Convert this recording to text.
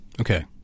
Okay